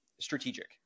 strategic